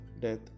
death